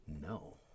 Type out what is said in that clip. No